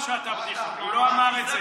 הוא לא אמר שאתה בדיחה, הוא לא אמר את זה.